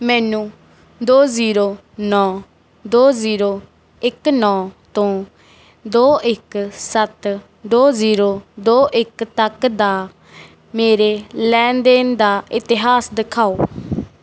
ਮੈਨੂੰ ਦੋ ਜ਼ੀਰੋ ਨੌਂ ਦੋ ਜ਼ੀਰੋ ਇੱਕ ਨੌਂ ਤੋਂ ਦੋ ਇੱਕ ਸੱਤ ਦੋ ਜ਼ੀਰੋ ਦੋ ਇੱਕ ਤੱਕ ਦਾ ਮੇਰੇ ਲੈਣ ਦੇਣ ਦਾ ਇਤਿਹਾਸ ਦਿਖਾਓ